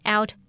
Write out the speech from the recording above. Out